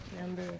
number